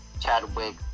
Chadwick